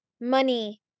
money